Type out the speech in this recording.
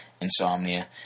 insomnia